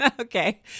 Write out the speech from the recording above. Okay